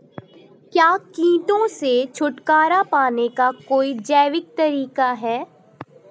क्या कीटों से छुटकारा पाने का कोई जैविक तरीका है?